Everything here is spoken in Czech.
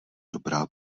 dobrá